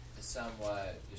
somewhat